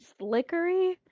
Slickery